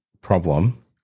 problem